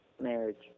marriage